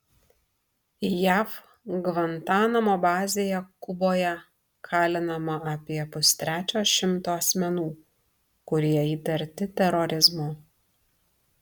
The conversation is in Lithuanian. jav gvantanamo bazėje kuboje kalinama apie pustrečio šimto asmenų kurie įtarti terorizmu